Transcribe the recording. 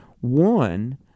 One